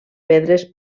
pedres